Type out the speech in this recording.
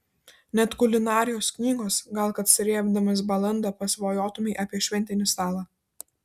net kulinarijos knygos gal kad srėbdamas balandą pasvajotumei apie šventinį stalą